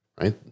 right